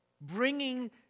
bringing